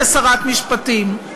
כשרת משפטים.